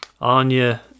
Anya